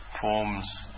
forms